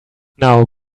now